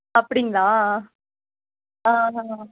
அப்படிங்களா ஆ